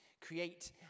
create